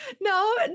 No